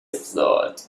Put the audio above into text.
thought